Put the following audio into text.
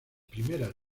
primeras